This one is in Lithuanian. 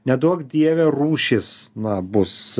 neduok dieve rūšis na bus